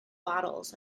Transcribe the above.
bottles